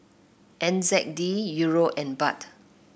N Z D Euro and Baht